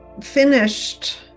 finished